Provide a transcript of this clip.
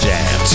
Jam